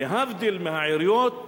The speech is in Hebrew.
שלהבדיל מהעיריות,